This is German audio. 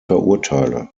verurteile